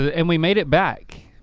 ah and we made it back.